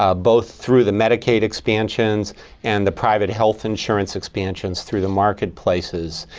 ah both through the medicaid expansions and the private health insurance expansions through the marketplaces.